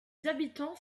habitants